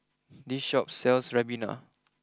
this Shop sells Ribena